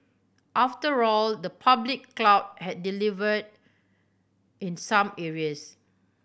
after all the public cloud has delivered in some areas